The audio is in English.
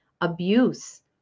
abuse